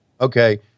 Okay